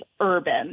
urban